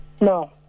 No